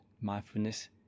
mindfulness